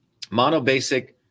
monobasic